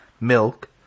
milk